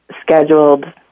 scheduled